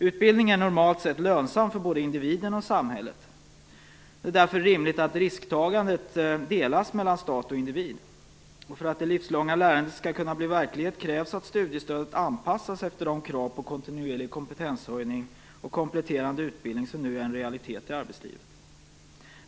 Utbildning är normalt sett lönsam för både individen och samhället. Det är därför rimligt att risktagandet delas mellan stat och individ. För att det livslånga lärandet skall kunna bli verklighet krävs att studiestödet anpassas efter de krav på kontinuerlig kompetenshöjning och kompletterande utbildning som nu är en realitet i arbetslivet.